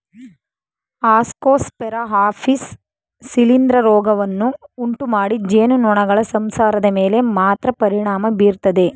Ascosphaera apis ಶಿಲೀಂಧ್ರ ರೋಗವನ್ನು ಉಂಟುಮಾಡಿ ಜೇನುನೊಣಗಳ ಸಂಸಾರದ ಮೇಲೆ ಮಾತ್ರ ಪರಿಣಾಮ ಬೀರ್ತದೆ